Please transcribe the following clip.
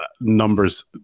numbers